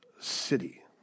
city